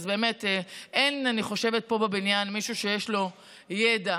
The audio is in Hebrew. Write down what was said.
אז באמת אני חושבת שאין פה בבניין עוד מישהו שיש לו ידע